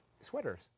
sweaters